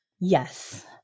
Yes